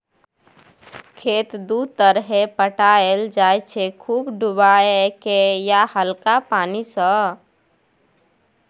खेत दु तरहे पटाएल जाइ छै खुब डुबाए केँ या हल्का पानि सँ